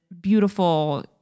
beautiful